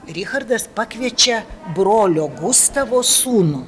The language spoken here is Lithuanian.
richardas pakviečia brolio gustavo sūnų